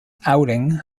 outing